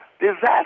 disaster